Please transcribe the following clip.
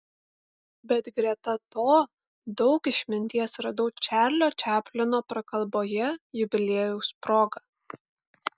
bet greta to daug išminties radau čarlio čaplino prakalboje jubiliejaus proga